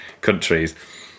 countries